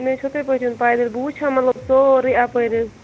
مےٚ چھُ ہُتھَے پٲٹھۍ یُن پَیدٔلۍ بہٕ وٕچھ ہا مطلب سورُے اَپٲرۍ حظ